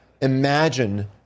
imagine